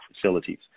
facilities